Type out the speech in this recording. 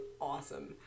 awesome